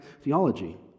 theology